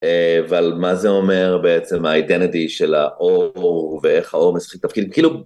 ועל מה זה אומר בעצם, מה ה-identity של האור, ואיך האור משחק תפקיד, כאילו